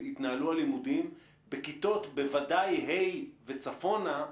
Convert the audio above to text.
יתנהלו הלימודים בכיתות, בוודאי ה' וצפונה,